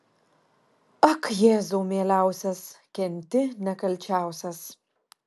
ak jėzau mieliausias kenti nekalčiausias